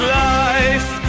life